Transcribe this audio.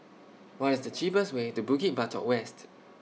What IS The cheapest Way to Bukit Batok West